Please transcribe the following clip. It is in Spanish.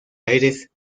aires